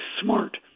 smart